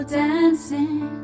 dancing